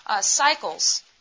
cycles